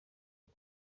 ngo